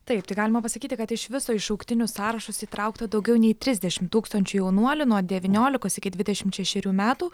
taip tai galima pasakyti kad iš viso į šauktinių sąrašus įtraukta daugiau nei trisdešim tūkstančių jaunuolių nuo devyniolikos iki dvidešim šešerių metų